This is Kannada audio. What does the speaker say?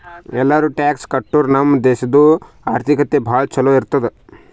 ಎಲ್ಲಾರೂ ಟ್ಯಾಕ್ಸ್ ಕಟ್ಟುರ್ ನಮ್ ದೇಶಾದು ಆರ್ಥಿಕತೆ ಭಾಳ ಛಲೋ ಇರ್ತುದ್